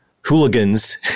hooligans